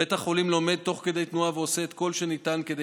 בית החולים לומד תוך כדי תנועה ועושה כל שניתן כדי